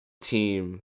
team